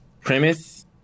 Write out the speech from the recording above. premise